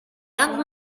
young